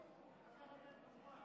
חברת הכנסת מירב בן